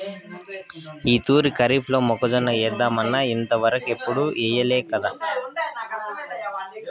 ఈ తూరి కరీఫ్లో మొక్కజొన్న ఏద్దామన్నా ఇంతవరకెప్పుడూ ఎయ్యలేకదా